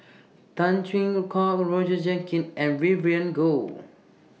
Tan Chwee Kok Roger Jenkins and Vivien Goh